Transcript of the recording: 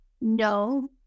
no